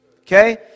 Okay